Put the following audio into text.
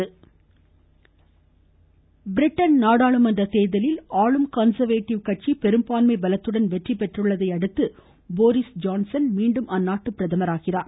து குவில் வி பிரதமர் வாழ்த்து பிரிட்டன் நாடாளுமன்ற தேர்தலில் ஆளும் கன்சர்வேடிவ் கட்சி பெரும்பான்மை பலத்துடன் வெற்றி பெற்றதையடுத்து போரிஸ் ஜான்சன் மீண்டும் அந்நாட்டு பிரதமராகிறார்